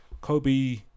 Kobe